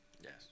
Yes